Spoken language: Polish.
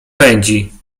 pędzi